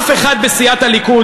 אף אחד בסיעת הליכוד,